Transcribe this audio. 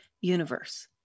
universe